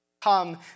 come